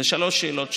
אלה שלוש שאלות שונות.